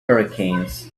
hurricanes